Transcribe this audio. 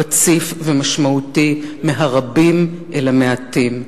רציף ומשמעותי מהרבים אל המעטים,